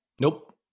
Nope